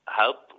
help